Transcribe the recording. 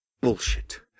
bullshit